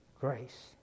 Grace